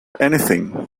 anything